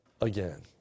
again